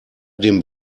dem